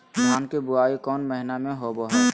धान की बोई कौन महीना में होबो हाय?